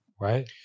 Right